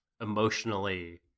emotionally